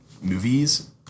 movies